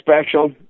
special